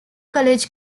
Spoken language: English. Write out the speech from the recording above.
college